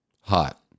Hot